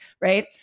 right